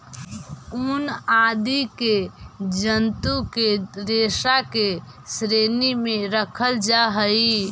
ऊन आदि के जन्तु के रेशा के श्रेणी में रखल जा हई